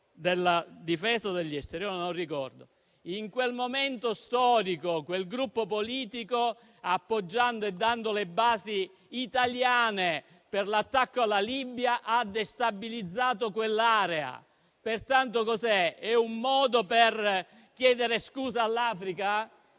In quel momento storico, quel Gruppo politico, appoggiando e dando le basi italiane per l'attacco alla Libia, ha destabilizzato quell'area. Cosa è allora: un modo per chiedere scusa all'Africa?